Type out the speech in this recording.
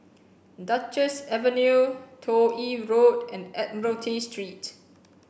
Duchess Avenue Toh Yi Road and Admiralty Street